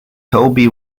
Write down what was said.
toby